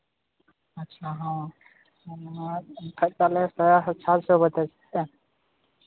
ᱟᱪᱪᱷᱟ ᱦᱚᱸ ᱟᱨ ᱮᱱᱠᱷᱟᱡ ᱛᱟᱦᱚᱞᱮ ᱛᱚ ᱠᱟᱛᱮ ᱫᱚ